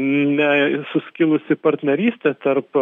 ne suskilusi partnerystė tarp